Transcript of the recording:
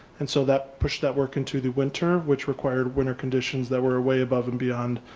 and so that pushed that work into the winter which required winter conditions that were way above and beyond,